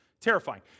Terrifying